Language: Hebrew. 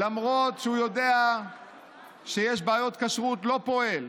למרות שהוא יודע שיש בעיות כשרות, לא פועל,